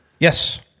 Yes